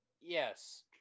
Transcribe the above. yes